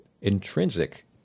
intrinsic